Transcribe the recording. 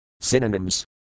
Synonyms